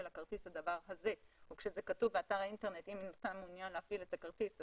הכרטיס או כשזה כתוב באתר האינטרנט שאם הנך מעונין להפעיל את הכרטיס,